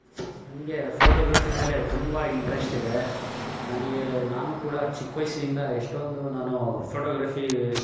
ನನಗೆ ಫೋಟೋಗ್ರಫಿ ಮೇಲೆ ತುಂಬ ಇಂಟ್ರೆಸ್ಟ್ ಇದೆ ನನಗೆ ನಾನು ಕೂಡ ಚಿಕ್ಕ ವಯಸ್ಸಿನಿಂದ ಎಷ್ಟೊಂದು ನಾನು ಫೋಟೋಗ್ರಫಿ